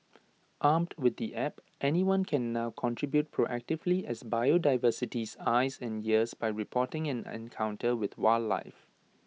armed with the app anyone can now contribute proactively as biodiversity's eyes and ears by reporting an encounter with wildlife